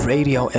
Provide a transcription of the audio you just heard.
Radio